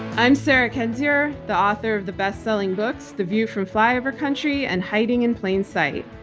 i'm sarah kendzior, the author of the bestselling books, the view from flyover country and hiding in plain sight.